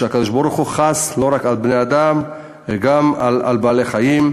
שהקדוש-ברוך-הוא חס לא רק על בני-אדם אלא גם על בעלי-חיים.